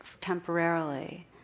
temporarily